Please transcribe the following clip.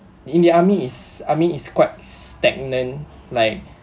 in the army is army is quite stagnant like